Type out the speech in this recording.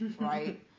Right